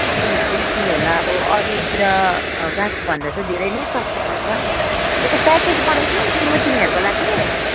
त्यस्तो गर्दा चाहिँ तिमीहरूलाई अब अरूतिर गएकोभन्दा त धेरै नै सस्तो पर्छ कि त प्याकेज बनाइदिउँ कि म तिमीहरूको लागि